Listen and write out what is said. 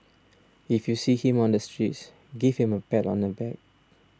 if you see him on the streets give him a pat on the back